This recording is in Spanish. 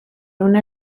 una